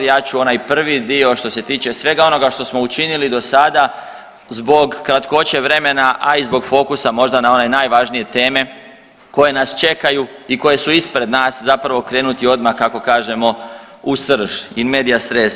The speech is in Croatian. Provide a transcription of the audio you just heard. Ja ću onaj prvi dio što se tiče svega onoga što smo učinili do sada zbog kratkoće vremena, a i zbog fokusa možda na one najvažnije teme koje nas čekaju i koje su ispred nas zapravo krenuti odmah kako kažemo u srž, in medias res.